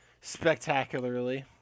spectacularly